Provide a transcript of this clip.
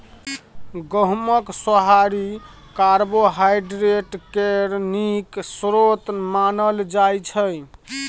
गहुँमक सोहारी कार्बोहाइड्रेट केर नीक स्रोत मानल जाइ छै